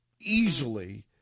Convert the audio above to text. easily